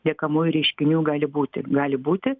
liekamųjų reiškinių gali būti gali būti